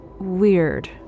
weird